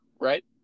right